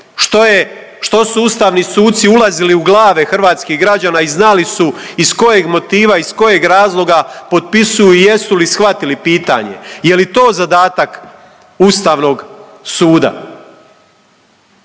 što su ustavni suci ulazili u glave hrvatskih građana i znali su iz kojeg motiva i iz kojeg razloga potpisuju i jesu li shvatili pitanje, je li to zadatak Ustavnog suda?